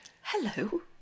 hello